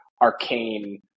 arcane